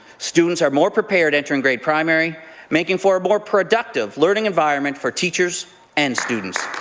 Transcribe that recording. students are more prepared entering grade primary making for a more productive learning environment for teachers and students.